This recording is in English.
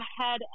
ahead